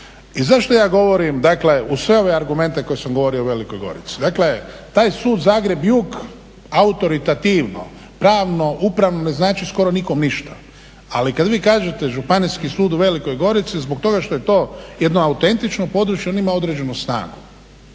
I zašto ja govorim dakle uz sve ove argumente koje sam govorio o Velikoj Gorici? Dakle, taj sud Zagreb jug autoritativno pravno upravno ne znači skoro nikom ništa, ali kad vi kažete Županijski sud u Velikoj Gorici zbog toga što je to jedno autentično područje on ima određenu snagu